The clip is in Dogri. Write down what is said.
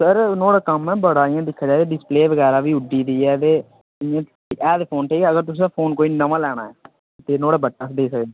सर नुआढ़ा कम्म ऐ बड़ा इ'यां दिक्खेआ जा ते डिसप्ले बगैरा बी उड्डी दी ऐ ते इ'यां है ते फोन ठीक ऐ अगर तुसें फोन कोई नमां लैना ऐ ते नुआढ़े बदले अस देई सकदे